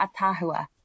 Atahua